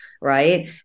right